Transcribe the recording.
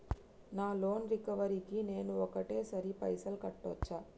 నా loan recovery కి నేను ఒకటేసరి పైసల్ కట్టొచ్చా?